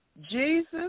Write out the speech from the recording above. Jesus